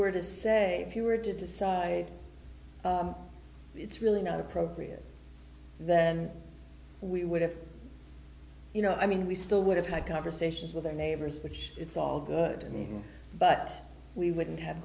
were to say if you were to decide it's really not appropriate then we would have you know i mean we still would have had conversations with our neighbors which it's all good but we wouldn't have